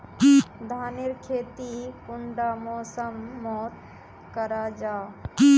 धानेर खेती कुंडा मौसम मोत करा जा?